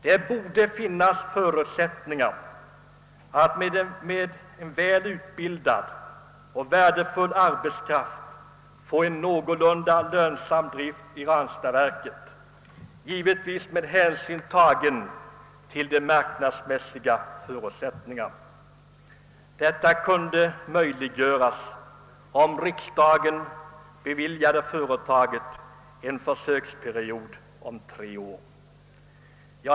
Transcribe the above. Det borde finnas förutsättningar att med väl utbildad och värdefull arbetskraft åstadkomma en någorlunda lönsam drift vid Ranstadsverket, givetvis med hänsyn tagen till de marknadsmässiga villkoren. Detta kunde möjliggöras, om riksdagen beviljade företaget en försöksperiod om tre år.